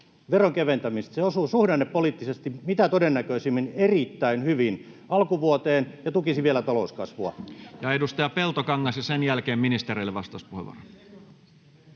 veron keventämisestä, se osuisi suhdannepoliittisesti mitä todennäköisimmin erittäin hyvin alkuvuoteen ja tukisi vielä talouskasvua. Edustaja Orpolla puheenvuoro! Ja edustaja Peltokangas, ja sen jälkeen ministereille vastauspuheenvuorot.